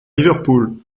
liverpool